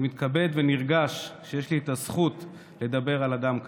אני מתכבד ונרגש שיש לי את הזכות לדבר על אדם כזה.